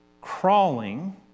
crawling